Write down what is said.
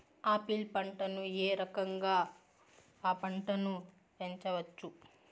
Apple పంటను ఏ రకంగా అ పంట ను పెంచవచ్చు?